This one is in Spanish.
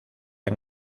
han